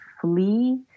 flee